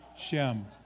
Shem